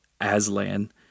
Aslan